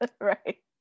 right